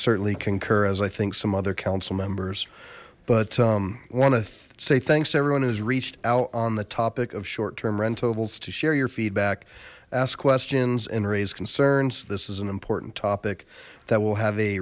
certainly concur as i think some other council members but want to say thanks everyone has reached out on the topic of short term rentals to share your feedback ask questions and raise concerns this is an important topic that will have a